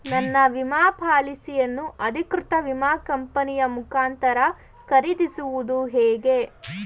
ನನ್ನ ವಿಮಾ ಪಾಲಿಸಿಯನ್ನು ಅಧಿಕೃತ ವಿಮಾ ಕಂಪನಿಯ ಮುಖಾಂತರ ಖರೀದಿಸುವುದು ಹೇಗೆ?